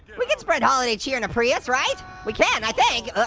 we can spread holiday cheer in a prius, right? we can, i think.